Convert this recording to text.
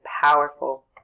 powerful